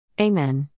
Amen